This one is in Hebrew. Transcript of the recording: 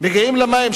מגיעים למים,